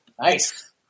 Nice